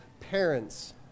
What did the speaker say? Parents